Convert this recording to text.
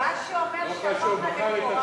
אתה אפילו לא צריך אותנו.